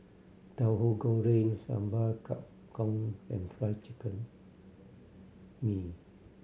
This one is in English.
Tahu Goreng Sambal Kangkong and Fried Chicken mee